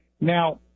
Now